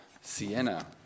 Siena